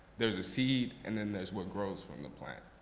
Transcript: there is a seed, and then there's what grows from the plant.